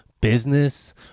business